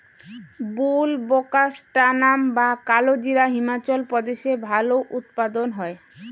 বুলবোকাস্ট্যানাম বা কালোজিরা হিমাচল প্রদেশে ভালো উৎপাদন হয়